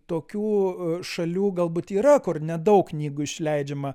tokių šalių galbūt yra kur nedaug knygų išleidžiama